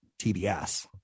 TBS